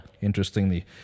interestingly